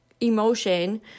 emotion